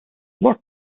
look